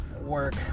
work